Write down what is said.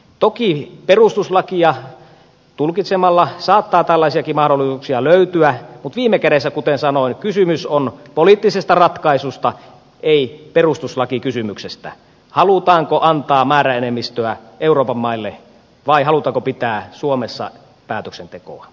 toki perustuslakia tulkitsemalla saattaa tällaisiakin mahdollisuuksia löytyä mutta viime kädessä kuten sanoin kysymys on poliittisesta ratkaisusta ei perustuslakikysymyksestä halutaanko antaa määräenemmistöä euroopan maille vai halutaanko pitää suomessa päätöksentekoa